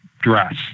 dress